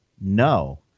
no